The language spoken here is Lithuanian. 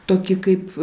tokį kaip